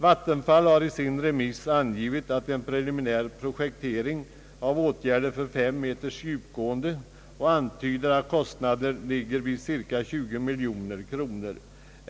Vattenfall har i sitt remissyttrande angivit att en preliminär projektering av åtgärder för 5,0 meters djupgående antyder att kostnaden kommer att lig ga vid cirka 20 miljoner kronor.